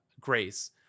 grace